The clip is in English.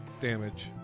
damage